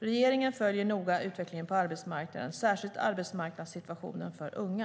Regeringen följer noga utvecklingen på arbetsmarknaden, särskilt arbetsmarknadssituationen för unga.